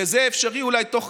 וזה אפשרי אולי תוך